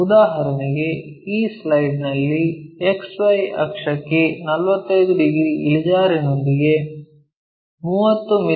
ಉದಾಹರಣೆಗೆ ಈ ಸ್ಲೈಡ್ ನಲ್ಲಿ XY ಅಕ್ಷಕ್ಕೆ 45 ಡಿಗ್ರಿ ಇಳಿಜಾರಿನೊಂದಿಗೆ 30 ಮಿ